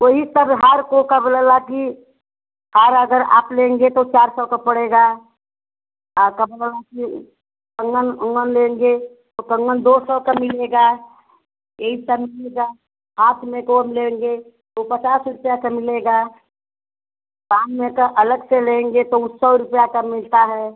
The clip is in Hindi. वही सब हार को का बोलाला की हार अगर आप लेंगे तो चार सौ का पड़ेगा आप कंगन ले कंगन ओंगन लेंगे तो कंगन दो सौ का मिलेगा यही सब मिलेगा हाथ में को लेंगे तो पचास रुपया का मिलेगा सामने का अलग से लेंगे तो वो सौ रूपया का मिलता है